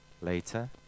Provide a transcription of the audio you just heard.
later